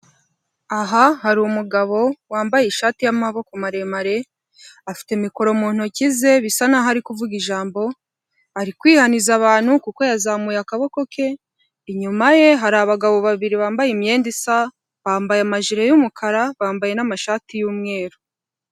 Aha hari umugabo wambaye ishati y'amaboko maremare afite mikoro mu ntoki ze bisa naho ari kuvuga ijambo ari kwihaniza abantu kuko yazamuye akaboko ke inyuma ye hari abagabo babiri bambaye imyenda isa bambaye amajipo y'umukara bambaye n'amashati y'umweru.